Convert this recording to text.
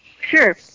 Sure